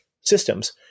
systems